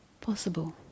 possible